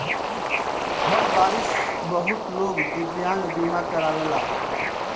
हर बारिस बहुत लोग दिव्यांग बीमा करावेलन